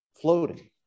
floating